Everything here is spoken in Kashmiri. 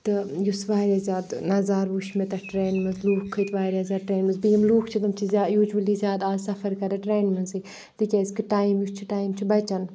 تہٕ یُس واریاہ زیادٕ نَظارٕ وٕچھ مےٚ تَتھ ٹرینہِ منٛز لوٗکھ کھٔتۍ واریاہ زیادٕ ٹرٛینہِ منٛز بیٚیہِ یِم لوٗکھ چھِ تِم چھِ زیا یوٗجؤلی زیادٕ آز سَفَر کَران ٹرٛینہِ منٛزٕے تِکیٛازِ کہِ ٹایم یُس چھُ ٹایم چھُ بَچان